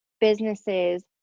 businesses